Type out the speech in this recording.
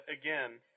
again